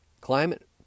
climate